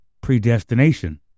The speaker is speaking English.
predestination